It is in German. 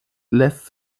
lässt